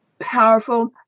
powerful